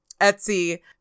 Etsy